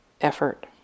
effort